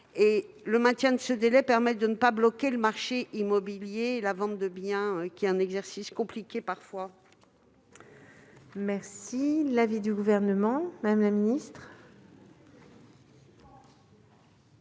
Le maintien de ce délai permet de ne pas bloquer le marché immobilier et la vente de biens, qui est un exercice compliqué parfois.